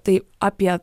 tai apie